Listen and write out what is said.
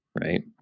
Right